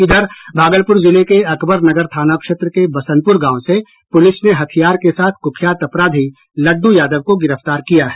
इधर भागलपुर जिले के अकबरनगर थाना क्षेत्र के बसनपुर गांव से पुलिस ने हथियार के साथ कुख्यात अपराधी लड्डू यादव को गिरफ्तार किया है